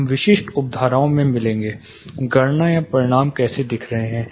हम विशिष्ट उपधाराओं में मिलेंगे गणना या परिणाम कैसे दिख रहे हैं